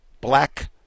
black